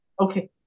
Okay